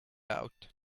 out